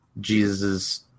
Jesus' –